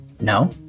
No